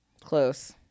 Close